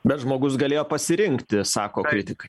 bet žmogus galėjo pasirinkti sako kritikai